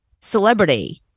celebrity